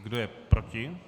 Kdo je proti?